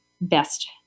best